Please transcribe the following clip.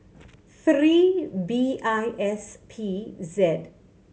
three B I S P Z